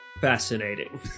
Fascinating